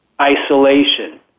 isolation